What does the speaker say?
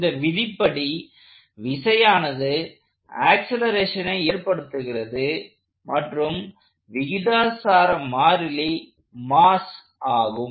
இந்த விதிப்படி விசையானது ஆக்சலேரேஷனை ஏற்படுத்துகிறது மற்றும் விகிதாசார மாறிலி மாஸ் ஆகும்